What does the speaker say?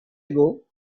ago